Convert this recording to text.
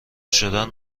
شدن